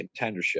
contendership